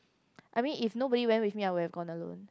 I mean if nobody went with me I will go alone